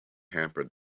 hampered